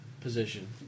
position